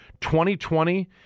2020